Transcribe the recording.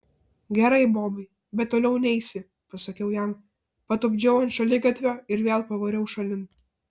gerai bobai bet toliau neisi pasakiau jam patupdžiau ant šaligatvio ir vėl pavariau šalin